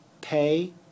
pay